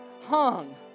hung